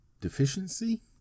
deficiency